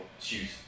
choose